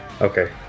Okay